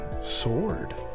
sword